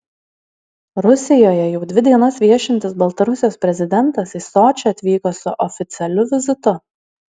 rusijoje jau dvi dienas viešintis baltarusijos prezidentas į sočį atvyko su oficialiu vizitu